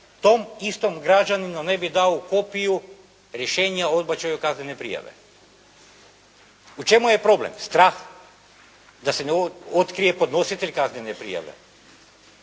tom istom građaninu ne bi dao kopiju rješenja o odbačaju kaznene prijave. U čemu je problem? Strah da se ne otkrije podnositelj kaznene prijave.